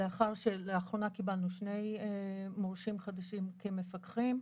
לאחרונה קיבלנו שני מורשים חדשים כמפקחים.